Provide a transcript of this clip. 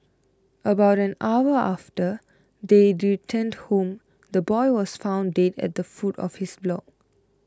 about an hour after they returned home the boy was found dead at the foot of his block